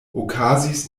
okazis